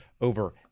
over